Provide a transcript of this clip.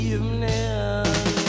Evening